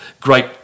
great